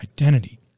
Identity